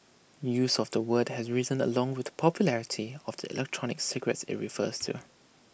use of the word has risen along with the popularity of the electronic cigarettes IT refers to